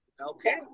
Okay